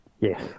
Yes